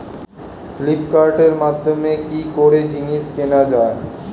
ফ্লিপকার্টের মাধ্যমে কি করে জিনিস কেনা যায়?